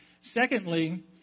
Secondly